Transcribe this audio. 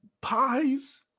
pies